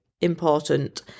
important